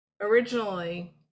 Originally